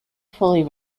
fully